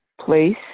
place